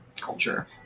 culture